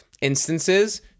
instances